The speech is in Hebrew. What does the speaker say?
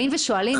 באים ושואלים?